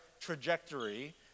trajectory